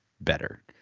better